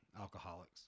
alcoholics